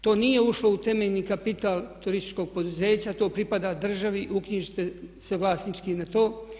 To nije ušlo u temeljni kapital turističkog poduzeća, to pripada državi, uknjižite se vlasnički na to.